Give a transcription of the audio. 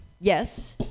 yes